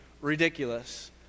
ridiculous